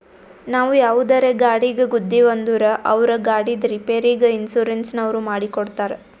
ನಾವು ಯಾವುದರೇ ಗಾಡಿಗ್ ಗುದ್ದಿವ್ ಅಂದುರ್ ಅವ್ರ ಗಾಡಿದ್ ರಿಪೇರಿಗ್ ಇನ್ಸೂರೆನ್ಸನವ್ರು ಮಾಡಿ ಕೊಡ್ತಾರ್